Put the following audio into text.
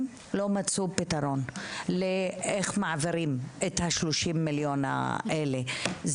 לא מצאו פתרון להעברת ה-30 מיליון האלה,